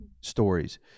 stories